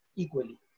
equally